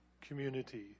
community